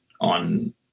on